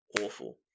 awful